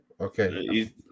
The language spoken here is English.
Okay